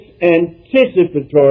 anticipatory